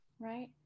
Right